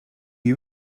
you